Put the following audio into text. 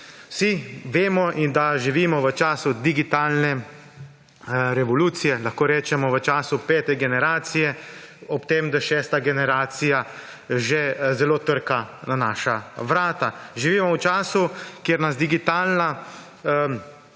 Vsi vemo, da živimo v času digitalne revolucije, lahko rečemo, v času pete generacije, ob tem, da šesta generacija že zelo trka na naša vrata. Živimo v času, kjer nas digitalna, tudi revolucija,